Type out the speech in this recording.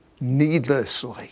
needlessly